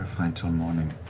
fine till morning.